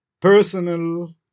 personal